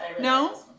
No